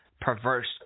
perverse